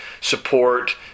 support